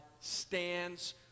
stands